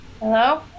Hello